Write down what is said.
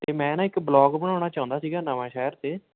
ਅਤੇ ਮੈਂ ਨਾ ਇੱਕ ਬਲੋਗ ਬਣਾਉਣਾ ਚਾਹੁੰਦਾ ਸੀਗਾ ਨਵਾਂਸ਼ਹਿਰ 'ਤੇ